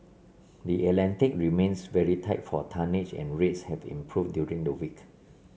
the Atlantic remains very tight for tonnage and rates have improved during the week